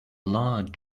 large